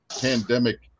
pandemic